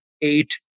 eight